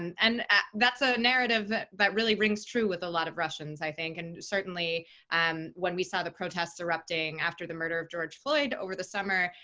and and that's a narrative that really rings true with a lot of russians, i think. and certainly um when we saw the protests erupting after the murder of george floyd over the summer,